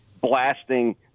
blasting